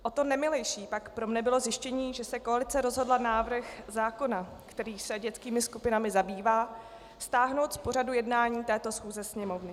O to nemilejší pak pro mě bylo zjištění, že se koalice rozhodla návrh zákona, který se dětskými skupinami zabývá, stáhnout z pořadu jednání této schůze Sněmovny.